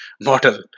model